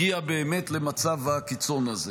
הגיעה באמת למצב הקיצון הזה.